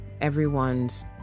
everyone's